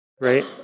right